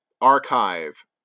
archive